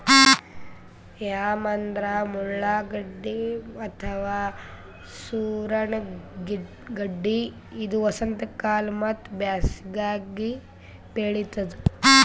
yam ಅಂದ್ರ ಮುಳ್ಳಗಡ್ಡಿ ಅಥವಾ ಸೂರಣ ಗಡ್ಡಿ ಇದು ವಸಂತಕಾಲ ಮತ್ತ್ ಬ್ಯಾಸಿಗ್ಯಾಗ್ ಬೆಳಿತದ್